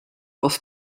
was